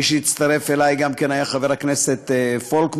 מי שהצטרף אלי גם היה חבר הכנסת פולקמן,